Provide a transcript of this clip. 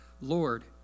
Lord